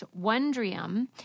Wondrium